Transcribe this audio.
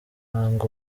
hanga